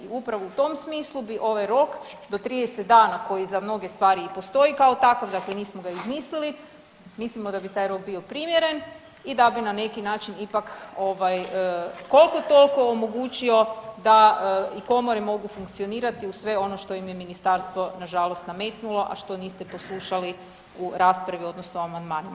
I upravo u tom smislu bi ovaj rok do 30 dana koji za mnoge stvari i postoji kao takav, dakle nismo ga izmislili, mislimo da bi taj rok bio primjeren i da bi na neki način ipak ovaj, koliko toliko omogućio da i komore mogu funkcionirati uz sve ono što im je Ministarstvo, nažalost nametnulo, a što niste poslušali u raspravi, odnosno amandmanima.